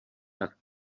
tak